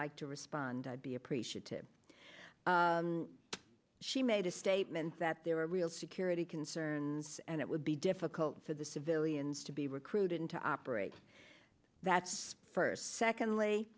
like to respond i'd be appreciative she made a statement that there are real security concerns and it would be difficult for the civilians to be recruited and to operate that's first secondly